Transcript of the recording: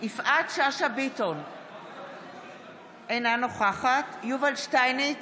יפעת שאשא ביטון, אינה נוכחת יובל שטייניץ,